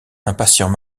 impatient